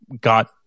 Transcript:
got